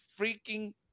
freaking